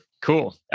Cool